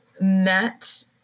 met